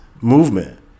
movement